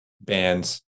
bands